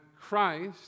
Christ